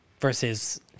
Versus